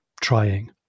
trying